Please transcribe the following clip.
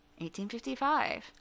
1855